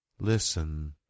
listen